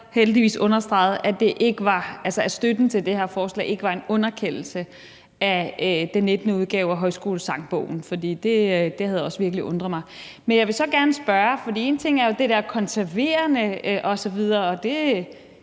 heldigvis understregede, at støtten til det her forslag ikke var en underkendelse af den 19. udgave af Højskolesangbogen, fordi det havde virkelig også undret mig. Én ting er det der konserverende osv. Jeg